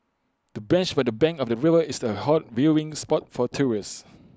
the bench by the bank of the river is the hot viewing spot for tourists